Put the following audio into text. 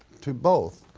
to both,